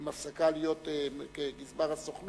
עם הפסקה להיות גזבר הסוכנות,